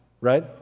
right